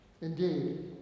Indeed